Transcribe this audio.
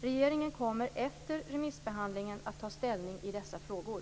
Regeringen kommer efter remissbehandlingen att ta ställning i dessa frågor.